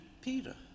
Peter